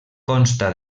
consta